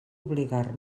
obligar